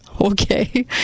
Okay